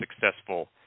successful